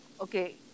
okay